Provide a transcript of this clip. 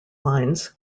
lines